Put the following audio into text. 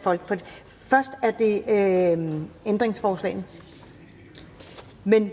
forslaget.) Først gælder det ændringsforslagene, men